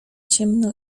ciemno